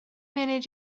munud